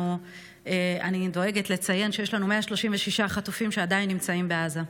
ואני דואגת לציין שיש לנו 136 חטופים שעדיין נמצאים בעזה.